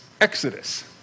Exodus